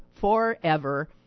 forever